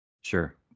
sure